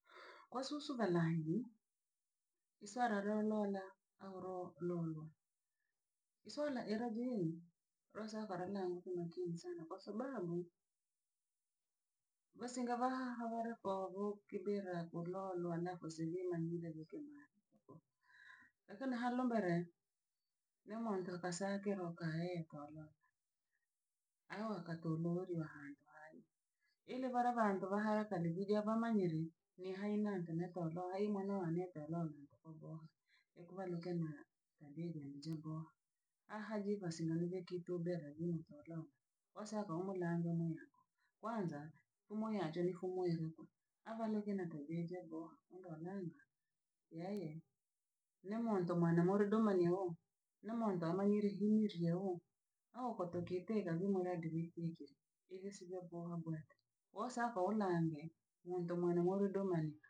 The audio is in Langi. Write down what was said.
Kwa susu valangi isuara ro lola aho ro lombo isuara era geni rosaga na umakini sana kwasababu vasinga va haha vora kovokibera kolorwara kosigina vile vya kimara, lakina ha rombere ne muntu kasake lokahekolo ayo akatolorywa hanjuayi. Ili vara vantu vahaya karevija vya manyiri ni hai nanta natoloa hai manwa neta lo ntu ko boha. Ekuvaluke na labidi ne jeboha aha je vasinoni vye kitu beha gini toro osaka olamba mwiko, kwanza kumuyanja likumwereko abaneke natabheje boha undo langa yeye ni muntu mwene moridonyo ne muntu amanyiri giryo au kotokitega nomera duikikiri, ili isivyo boha bwata. Wasaka olange munto mwene muridomane.